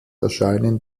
erscheinen